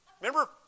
Remember